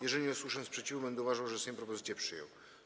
Jeżeli nie usłyszę sprzeciwu, będę uważał, że Sejm propozycje przyjął.